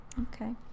Okay